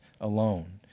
alone